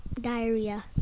Diarrhea